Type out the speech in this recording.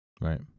Right